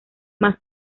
más